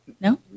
No